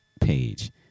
page